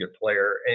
player